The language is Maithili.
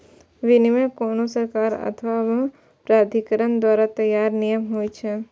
विनियम कोनो सरकार अथवा प्राधिकरण द्वारा तैयार नियम होइ छै